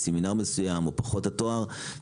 מסמינר מסוים או פחות התואר,